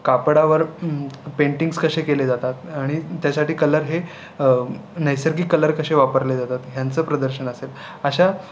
कापडावर paintings कसे केले जातात आणि त्यासाठी कलर हे नैसर्गिक कलर कसे वापरले जातात ह्यांचं प्रदर्शन असेल अशा